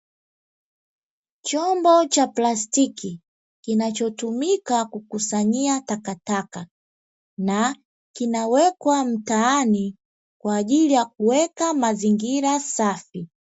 Chombo cha plastiki kinachotumika kukusanyia takataka na kinawekwa mtaani kwaajili ya kuweka mazingira safi.